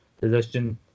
position